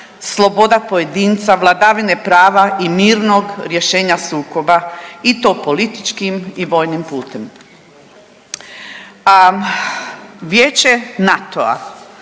sloboda pojedinca, vladavine prava i mirnog rješenja sukoba i to političkim i vojnim putem. Vijeće NATO-a